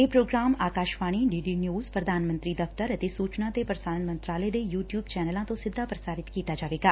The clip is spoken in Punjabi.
ਇਹ ਪ੍ਰੋਗਰਾਮ ਆਕਾਸ਼ਵਾਣੀ ਡੀ ਨਿਊਜ਼ ਪ੍ਰਧਾਨ ਮੰਤਰੀ ਦਫ਼ਤਰ ਅਤੇ ਸੂਚਨਾ ਤੇ ਪ੍ਰਸਾਰਣ ਮੰਤਰਾਲੇ ਦੇ ਯੁ ਟਿਉਬ ਚੈਨਲਾਂ ਤੋਂ ਸਿੱਧਾ ਪ੍ਸਾਰਿਤ ਕੀਤਾ ਜਾਵੇਗਾ